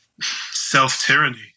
self-tyranny